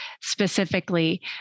specifically